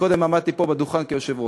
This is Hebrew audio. קודם ישבתי כאן בדוכן כיושב-ראש,